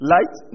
Light